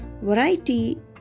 Variety